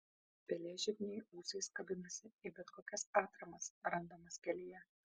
pelėžirniai ūsais kabinasi į bet kokias atramas randamas kelyje